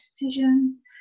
decisions